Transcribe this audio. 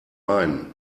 main